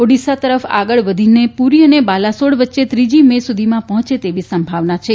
ઓડીશા તરફ આગળ વધીને પૂરી અને બાલાસોડ વચ્ચે ત્રીજી મે સુધીમાં પહોંચે તેવી સંભાવના છે